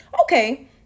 Okay